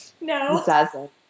No